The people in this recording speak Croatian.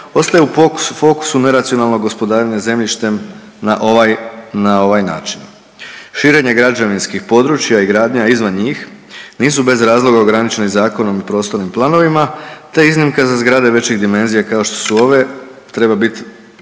ostaje u fokusu neracionalnog gospodarenja zemljištem na ovaj način. Širenje građevinskih područja i gradnja izvan njih nisu bez razloga ograničeni zakonom i prostornim planovima, te iznimka za zgrade većih dimenzija kao što su ove treba biti